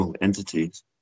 entities